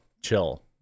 chill